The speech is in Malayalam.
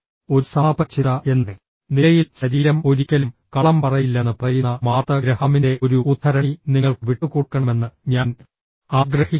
ഒരു സമാപന ചിന്ത എന്ന നിലയിൽ ശരീരം ഒരിക്കലും കള്ളം പറയില്ലെന്ന് പറയുന്ന മാർത്ത ഗ്രഹാമിന്റെ ഒരു ഉദ്ധരണി നിങ്ങൾക്ക് വിട്ടുകൊടുക്കണമെന്ന് ഞാൻ ആഗ്രഹിക്കുന്നു